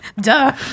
duh